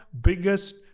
biggest